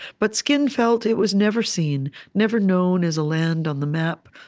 but skin felt it was never seen, never known as a land on the map,